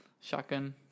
shotgun